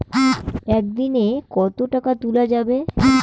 একদিন এ কতো টাকা তুলা যাবে?